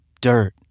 dirt